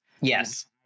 yes